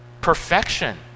Perfection